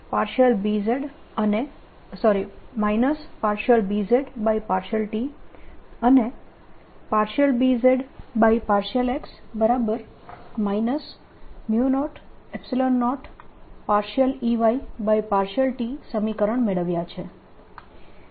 આપણે Ey∂x Bz∂t અને Bz∂x 00Ey∂t સમીકરણ મેળવ્યા છે